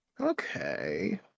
Okay